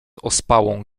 ospałą